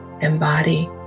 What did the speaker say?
embody